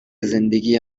زندگی